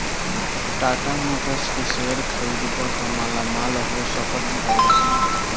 Tata Motors के share खरीदबअ त मालामाल हो सकत हवअ